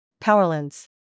Powerlands